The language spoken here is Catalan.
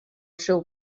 seu